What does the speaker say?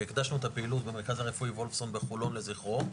והקדשנו את הפעילות במרכז הרפואי וולפסון בחולון לזכרו.